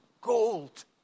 gold